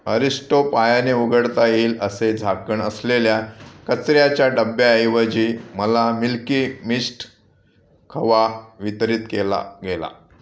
Aristo पायाने उघडता येईल असे झाकण असलेल्या कचऱ्याच्या डब्याऐवजी मला मिल्की मिस्ट खवा वितरित केला गेला